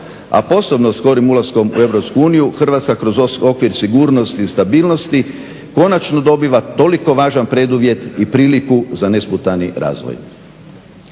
a posebno skorim ulaskom u Europsku uniju Hrvatska kroz okvir sigurnosti i stabilnosti konačno dobiva toliko važan preduvjet i priliku za nesputani razvoj.